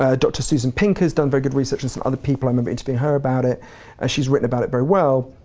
ah dr. susan pinkley's done very good research and some other people, i remember interviewing her about it, and she's written about it very well,